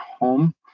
home